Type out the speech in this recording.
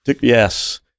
Yes